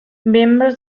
miembro